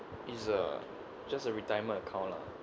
it's a just a retirement account lah